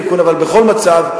אבל בכל מצב,